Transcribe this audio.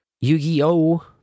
Yu-Gi-Oh